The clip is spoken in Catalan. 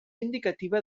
indicativa